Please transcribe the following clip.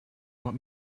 want